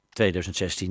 2016